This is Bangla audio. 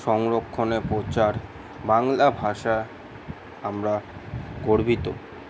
সংরক্ষণে প্রচার বাংলা ভাষা আমরা গর্বিত